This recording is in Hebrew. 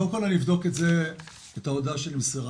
קודם כל אני אבדוק את זה, את ההודעה שנמסרה.